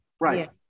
right